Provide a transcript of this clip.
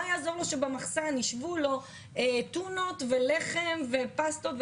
מה יעזור לו שבמחסן יהיו לו טונה, לחם ופסטות?